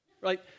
right